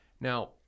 Now